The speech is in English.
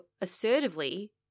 assertively